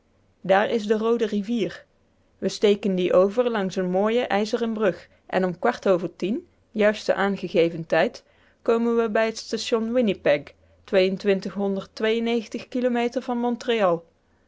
daar is de roode rivier we steken die over langs een mooie ijzeren brug en om kwartier over tien juist den aangegeven tijd komen we bij t station winnipeg kilometer van